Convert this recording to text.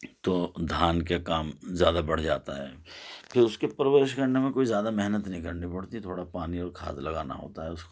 تو دھان کے کام زیادہ بڑھ جاتا ہے پھر اس کی پرورش کرنے میں کوئی زیادہ محنت نہیں کرنی پڑتی تھوڑا پانی اور کھاد لگانا ہوتا ہے اس کو